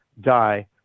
die